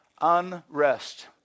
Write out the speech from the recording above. unrest